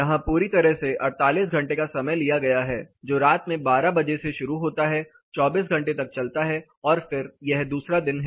यहां पूरी तरह से 48 घंटे का समय लिया गया हैं जो रात में 12 बजे से शुरू होता है 24 घंटे तक चलता है और फिर यह दूसरा दिन है